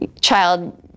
child